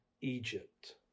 Egypt